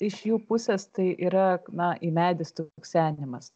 iš jų pusės tai yra na į medį stuksenimas